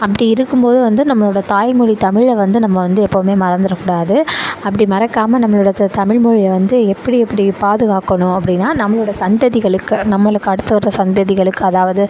அப்படி இருக்கும்போது வந்து நம்மளோட தாய் மொழி தமிழை வந்து நம்ம வந்து எப்போவுமே மறந்துவிட கூடாது அப்படி மறக்காம நம்மளோட த தமிழ்மொழியை வந்து எப்படி எப்படி பாதுகாக்கணும் அப்படின்னா நம்மளோட சந்ததிகளுக்கு நம்மளுக்கு அடுத்து வர சந்ததிகளுக்கு அதாவது